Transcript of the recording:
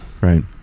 Right